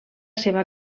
seva